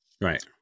Right